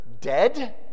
dead